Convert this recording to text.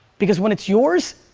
because when it's yours,